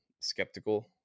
skeptical